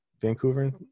Vancouver